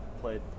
played